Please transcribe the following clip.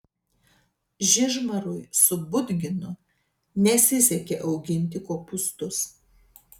žižmarui su budginu nesisekė auginti kopūstus